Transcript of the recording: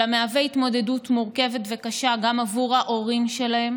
אלא מהווה התמודדות מורכבת וקשה גם עבור ההורים שלהם